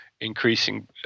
increasing